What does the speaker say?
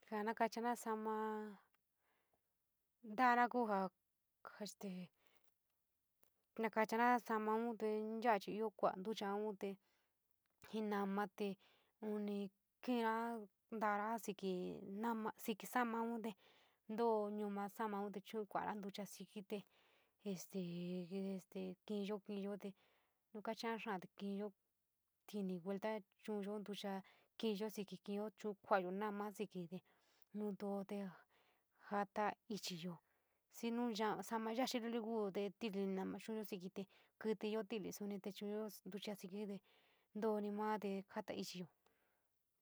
Ja na kachara sa´amaa ntaaro ku ja este na kachara saamaa te yaa chi io kua xitochan te jii noma te uni kuuna ntano kiki nama, siki salamaunte ntoo sonoo samoon te chuun kuani xitochan siki te esteee kinyo, kinyo te nu kachara xota te kinyo tini vuelto chuuyo ntacha kinyo sirki, kia chu'un kuayo noma sirki te nontoo te ja ta ichiiyo xiinu sama yatii luli ka te titii nama chuuuyo sirki te kikiyo titi sori te chuuyo ntucha sikí ntooni maa te jata ichiyo.